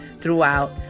throughout